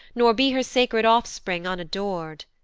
nor be her sacred offspring unador'd.